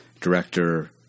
director